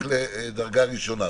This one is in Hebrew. ברית וחתונה זה רק דרגה ראשונה,